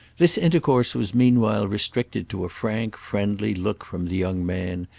this intercourse was meanwhile restricted to a frank friendly look from the young man,